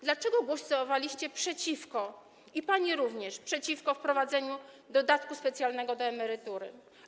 Dlaczego głosowaliście przeciwko - i pani również - wprowadzeniu dodatku specjalnego do emerytury?